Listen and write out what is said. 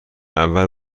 اول